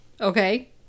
Okay